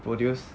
produced